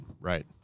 right